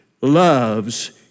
loves